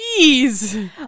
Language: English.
jeez